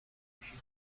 گوشیت